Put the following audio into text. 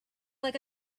like